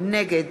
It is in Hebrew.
נגד